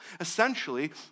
Essentially